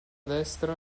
destra